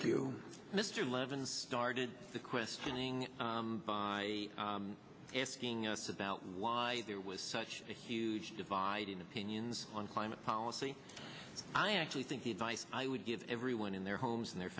you mr levin started the questioning by asking us about why there was such a huge divide in opinions on climate policy i actually think the advice i would give everyone in their homes and their